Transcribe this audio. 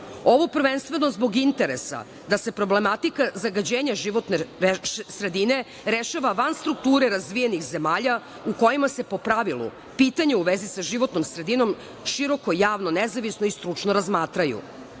Ovo prvenstveno zbog interesa da se problematika zagađenja životne sredine rešava van strukture razvijenih zemalja u kojima se po pravilu pitanja u vezi sa životnom sredinom široko, javno, nezavisno i stručno